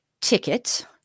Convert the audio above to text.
ticket